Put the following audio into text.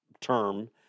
term